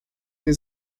nie